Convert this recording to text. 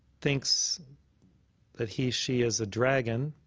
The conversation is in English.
thinks that he she is a dragon